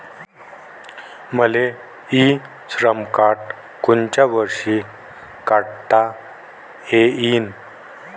मले e Shram card कोनच्या वर्षी काढता येईन?